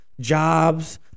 jobs